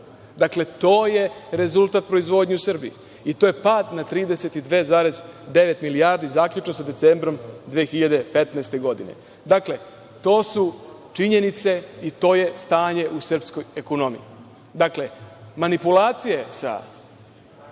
Dakle, to je rezultat proizvodnje u Srbiji i to je pad na 32,9 milijardi, zaključno sa decembrom 2015. godine. Dakle, to su činjenice i to je stanje u srpskoj ekonomiji. Manipulacije sa